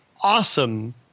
awesome